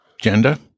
gender